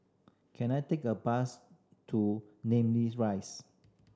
can I take a bus to Namly Rise